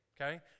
Okay